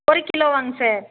ஒரு கிலோவாங்க சார்